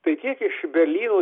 tai kiek iš berlyno